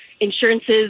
insurances